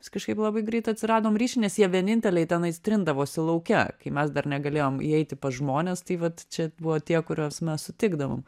mes kažkaip labai greit atsiradom ryšį nes jie vieninteliai tenais trindavosi lauke kai mes dar negalėjom įeiti pas žmones tai vat čia buvo tie kuriuos mes sutikdavom